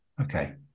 Okay